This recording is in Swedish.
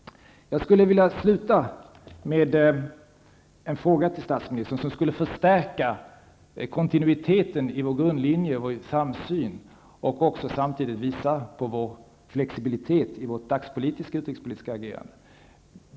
Jag skulle vilja sluta med en fråga till statsministern, där ett svar skulle förstärka kontinuiteten i vår grundlinje, i vår samsyn, och samtidigt visa på flexibiliteten i vårt dagsaktuella utrikespolitiska agerande.